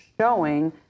showing